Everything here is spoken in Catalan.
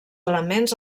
elements